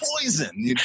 Poison